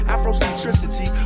Afrocentricity